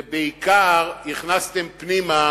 ובעיקר הכנסתם פנימה